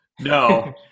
No